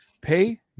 pay